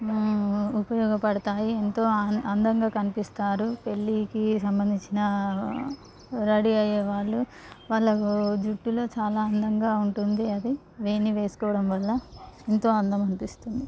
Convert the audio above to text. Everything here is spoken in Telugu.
ఉపయోగపడతాయి ఎంతో అందంగా కనిపిస్తారు పెళ్ళికి సంబంధించిన రెడీ అయ్యే వాళ్ళు వాళ్ళ జుట్టులో చాలా అందంగా ఉంటుంది అది వేణి వేసుకోవడం వల్ల ఎంతో అందం అనిపిస్తుంది